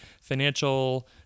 financial